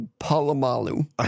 Palomalu